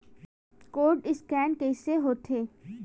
Code scan कइसे होथे?